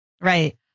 Right